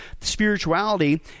spirituality